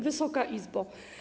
Wysoka Izbo!